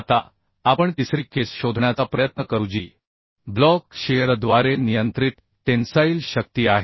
आता आपण तिसरी केस शोधण्याचा प्रयत्न करू जी ब्लॉक शियरद्वारे नियंत्रित टेन्साईल शक्ती आहे